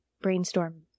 brainstorm